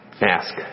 Ask